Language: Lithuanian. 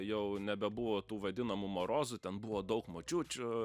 jau nebebuvo tų vadinamų marozų ten buvo daug močiučių